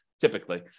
typically